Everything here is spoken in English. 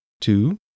Two